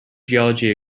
geology